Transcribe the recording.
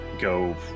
go